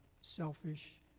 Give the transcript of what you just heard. selfish